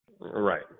Right